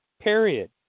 period